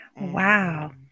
Wow